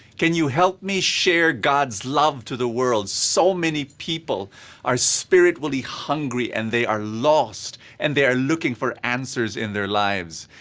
can you help me share god's love to the world? so many people are spiritually hungry and they are lost and they are looking for answers in their lives.